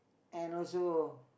and also